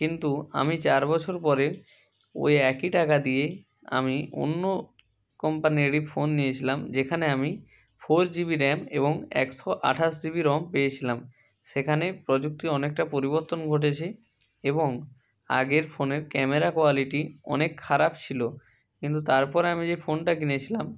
কিন্তু আমি চার বছর পরে ওই একই টাকা দিয়ে আমি অন্য কম্পানিরই ফোন নিয়েছিলাম যেখানে আমি ফোর জিবি র্যাম এবং একশো আঠাশ জিবি রম পেয়েছিলাম সেখানে প্রযুক্তি অনেকটা পরিবর্তন ঘটেছে এবং আগের ফোনের ক্যামেরা কোয়ালিটি অনেক খারাপ ছিলো কিন্তু তারপরে আমি যে ফোনটা কিনেছিলাম